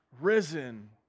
risen